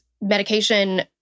medication